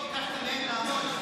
ביקשתם מהם לעמוד,